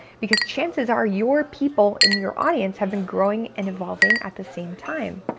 because chances are your people in your audience have been growing and evolving at the same time.